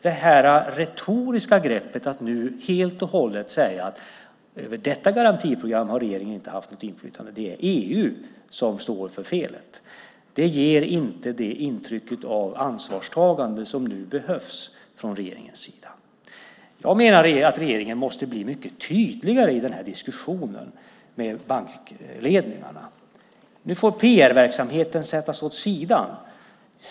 Det retoriska greppet att säga att över detta garantiprogram har regeringen inte haft något inflytande och att det är EU som står för felet ger inte det intryck av ansvarstagande som nu behövs från regeringens sida. Jag menar att regeringen måste bli mycket tydligare i den här diskussionen med bankledningarna. Nu får PR-verksamheten sättas åt sidan.